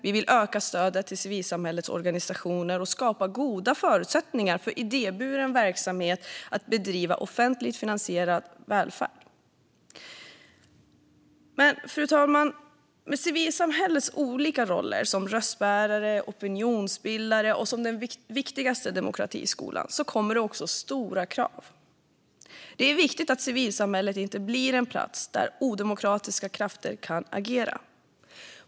Vi vill öka stödet till civilsamhällets organisationer och skapa goda förutsättningar för idéburen verksamhet att bedriva offentligt finansierad välfärd. Men, fru talman, med civilsamhällets olika roller som röstbärare, som opinionsbildare och som den viktigaste demokratiskolan kommer också stora krav. Det är viktigt att civilsamhället inte blir en plats där odemokratiska krafter kan agera.